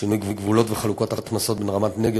שינוי גבולות וחלוקת הכנסות בין רמת-נגב,